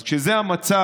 אז זה המצב,